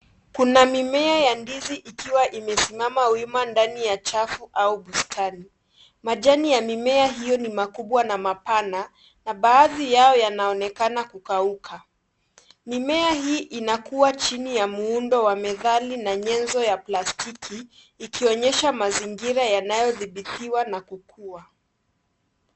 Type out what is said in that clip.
Kuna mimea ya ndizi ikiwa imesimama wima ndani ya chavu au bustani. Majani ya mimea hiyo ni makubwa na mapana na baadhi yao yanaonekana kukauka. Mimea hii inakua chini ya muundo wa medali na nyenzo ya plastiki, ikionyesha mazingira yanayodhibitiwa na kukua.